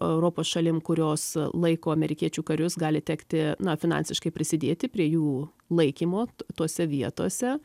europos šalim kurios laiko amerikiečių karius gali tekti na finansiškai prisidėti prie jų laikymo tose vietose